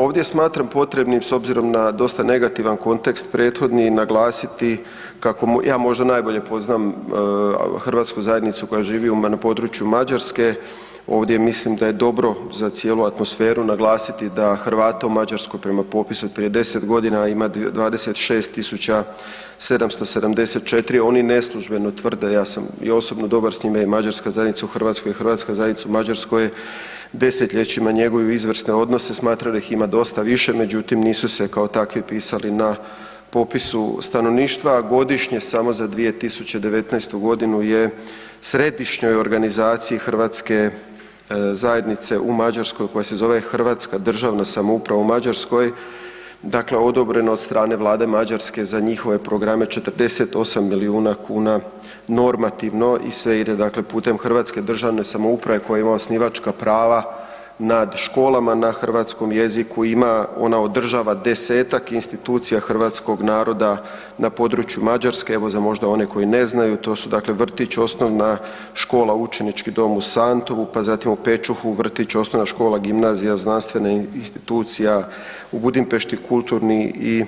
Ovdje smatram potrebnim s obzirom na dosta negativan kontekst prethodni, naglasiti kako ja možda najbolje poznam hrvatsku zajednicu koja živi na području Mađarske, ovdje mislim da je dobro za cijelu atmosferu naglasiti da Hrvata u Mađarskoj prema popisu prije 10 g. ima 26 774, oni neslužbeno tvrde, ja sam i osobno dobar s njima je mađarska zajednica u Hrvatskoj i hrvatska zajednica u Mađarskoj desetljećima njeguju izvrsne odnose, smatram da ih ima dosta više međutim nisu kao takvi pisali na popisu stanovništva a godišnje samo za 2019. g. je središnjoj organizaciji hrvatske zajednice u Mađarskoj koja je zove Hrvatska državna samouprava u Mađarskoj, dakle odobreno od strane vlade Mađarske za njihove programe 48 milijuna kn normativno i sve ide dakle putem Hrvatske državne samouprave koja ima osnivačka prava nad školama na hrvatskom jeziku, ona održava desetak institucija hrvatskog naroda na području Mađarske, evo za možda one koji ne znaju, to su dakle vrtići, osnovna škola, učenički dom u Santovu, pa zatim u Pečuhu vrtić, osnovna škola, gimnazija, znanstvene institucije, u Budimpešti kulturni i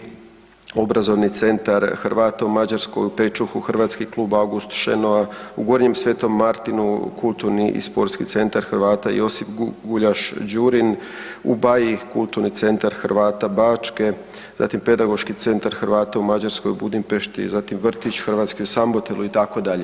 obrazovni centar Hrvata u Mađarskoj, u Pečuhu Hrvatski klub „August Šenoa“, u Gornjem Svetom Martinu kulturni i sportski centar Hrvata „Josip Guljaš Đurin“, u Baji kulturni centar Hrvata Bačke, zatim pedagoški centar Hrvata u Mađarskoj, u Budimpešti, zatim vrtići hrvatske u Sambotelu itd.